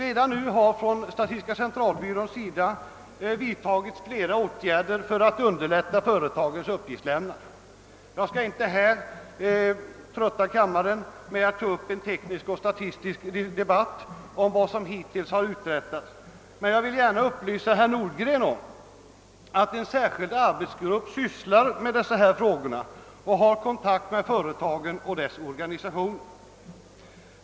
Statistiska centralbyrån har redan vidtagit flera åtgärder för att underlätta företagens uppgiftslämnande. Jag skall inte trötta kammaren med någon teknisk statistisk redogörelse, men jag vill gärna upplysa herr Nordgren om att en särskild arbetsgrupp sysslar med dessa frågor och har kontakt med företagen och deras organisationer.